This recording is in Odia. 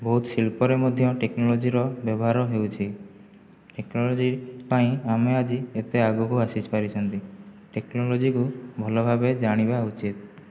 ବହୁତ ଶିଳ୍ପରେ ମଧ୍ୟ ଟେକ୍ନୋଲୋଜିର ବ୍ୟବହାର ହେଉଛି ଟେକ୍ନୋଲୋଜି ପାଇଁ ଆମେ ଆଜି ଏତେ ଆଗକୁ ଆସିପାରିଛନ୍ତି ଟେକ୍ନୋଲୋଜିକୁ ଭଲ ଭାବେ ଜାଣିବା ଉଚିତ